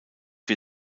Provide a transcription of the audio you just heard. wir